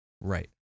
Right